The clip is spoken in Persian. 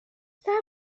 صبر